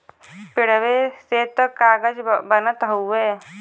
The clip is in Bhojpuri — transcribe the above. पेड़वे से त कागज बनत हउवे